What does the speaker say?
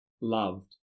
loved